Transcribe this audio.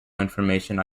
information